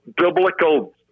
biblical